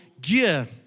gear